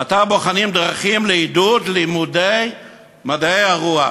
ועתה בוחנים דרכים לעידוד לימודי מדעי הרוח.